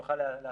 הוא